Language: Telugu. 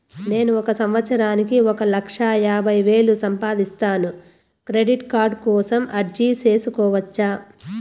నేను ఒక సంవత్సరానికి ఒక లక్ష యాభై వేలు సంపాదిస్తాను, క్రెడిట్ కార్డు కోసం అర్జీ సేసుకోవచ్చా?